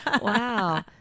wow